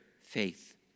faith